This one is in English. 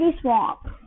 Swamp